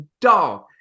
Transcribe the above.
dog